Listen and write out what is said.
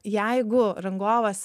jeigu rangovas